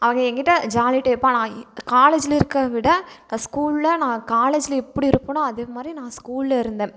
அவங்க என்கிட்ட ஜாலி டைப்பாக நான் காலேஜில் இருக்கிற விட ஸ்கூலில் நான் காலேஜில் எப்படி இருப்பனோ அதே மாதிரி நான் ஸ்கூலில் இருந்தேன்